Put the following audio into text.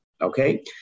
okay